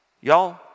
Y'all